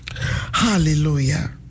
Hallelujah